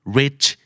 rich